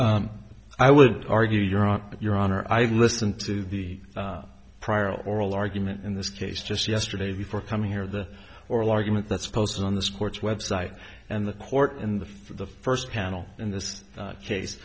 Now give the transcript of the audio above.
r i would argue you're on your honor i've listened to the prior oral argument in this case just yesterday before coming here the oral argument that's posted on this court's website and the court in the the first panel in this case